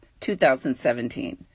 2017